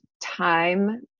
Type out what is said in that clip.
Time